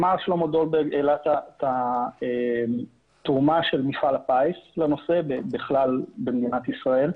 העלה שלמה דולברג את התרומה של מפעל הפיס לנושא ובכלל במדינת ישראל,